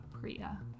Priya